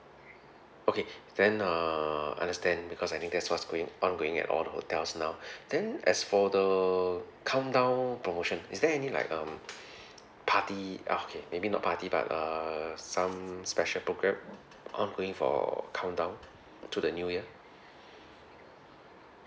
okay then err understand because I think that’s what's going ongoing at all the hotels now then as for the countdown promotion is there any like um party okay maybe not party but err some special program ongoing for countdown to the new year